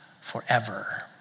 forever